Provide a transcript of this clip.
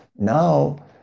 now